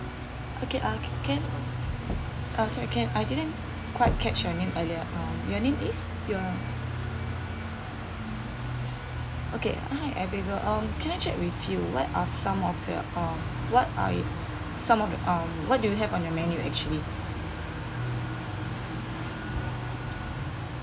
okay uh can uh sorry I didn't quite catch your name earlier uh your name is okay hi abigail um can I check with you what are some of the um what I some of the um what do you have on your menu actually